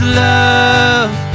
love